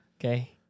Okay